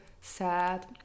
sad